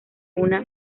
una